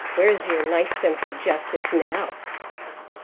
where's your nice sense of justice now?